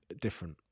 different